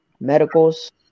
medicals